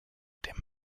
dem